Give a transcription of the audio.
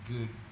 Good